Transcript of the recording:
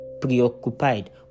preoccupied